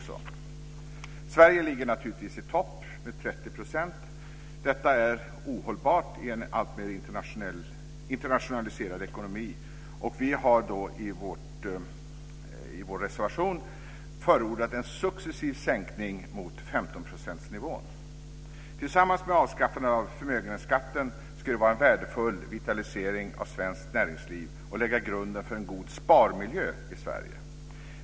Sverige ligger naturligtvis i topp med 30 %. Detta är ohållbart i en alltmer internationaliserad ekonomi. Vi har i vår reservation förordat en successiv sänkning mot 15-procentsnivån. Tillsammans med avskaffande av förmögenhetsskatten skulle det vara en värdefull vitalisering av svenskt näringsliv och lägga grunden för en god sparmiljö i Sverige.